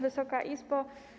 Wysoka Izbo!